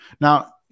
Now